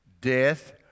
Death